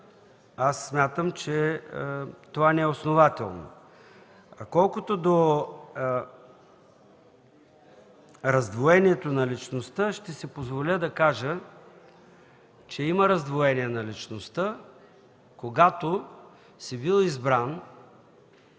смятам, че това не е основателно. Колкото до раздвоението на личността, ще си позволя да кажа, че има раздвоение на личността, когато си бил избран